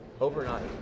overnight